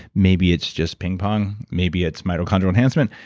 maybe it's just ping-pong. maybe it's mitochondrial enhancement.